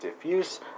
Diffuse